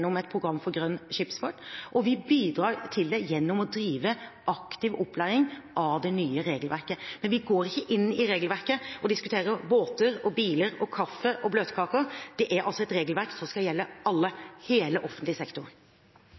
et program for grønn skipsfart, og vi bidrar til det gjennom å drive aktiv opplæring i det nye regelverket. Men vi går ikke inn i regelverket og diskuterer båter, biler, kaffe og bløtkaker. Det er et regelverk som skal gjelde alle – hele offentlig sektor.